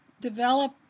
develop